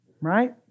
right